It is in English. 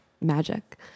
magic